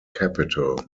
capital